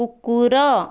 କୁକୁର